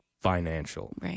financial